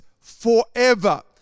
forever